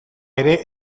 ere